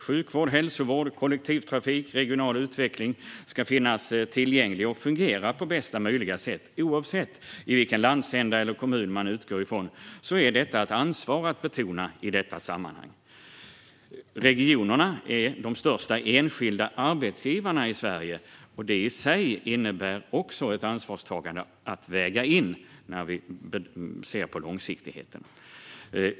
Sjukvård, hälsovård, kollektivtrafik och regional utveckling ska finnas tillgänglig och fungera på bästa möjliga sätt. Oavsett vilken landsända eller kommun man utgår ifrån är detta ett ansvar att betona i detta sammanhang. Regionerna är de största enskilda arbetsgivarna i Sverige, och det i sig innebär också ett ansvarstagande att väga in när vi ser på långsiktigheten.